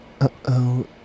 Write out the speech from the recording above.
Uh-oh